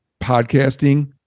podcasting